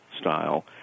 style